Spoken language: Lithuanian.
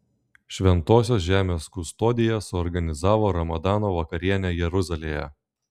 šventosios žemės kustodija suorganizavo ramadano vakarienę jeruzalėje